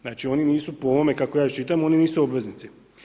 Znači, oni nisu po ovome kako ja iščitam, oni nisu obveznici.